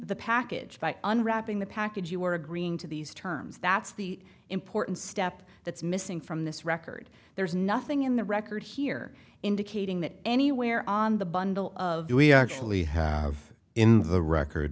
the package by unwrapping the package you were agreeing to these terms that's the important step that's missing from this record there's nothing in the record here indicating that anywhere on the bundle of the we actually have in the record